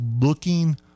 looking